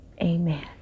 amen